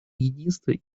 единства